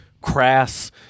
crass